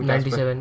97